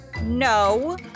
No